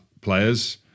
players